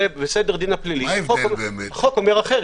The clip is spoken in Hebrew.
בסדר הדין הפלילי החוק אומר אחרת.